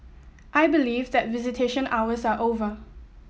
I believe that visitation hours are over